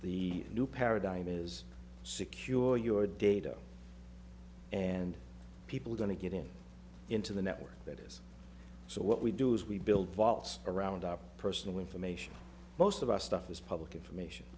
the new paradigm is secure your data and people are going to get him into the network that is so what we do is we build walls around our personal information most of our stuff is public information